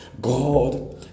god